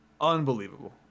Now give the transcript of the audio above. Unbelievable